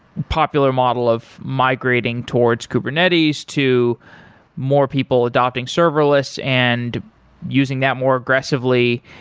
popular model of migrating towards kubernetes to more people adopting serverless and using that more aggressively,